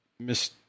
Miss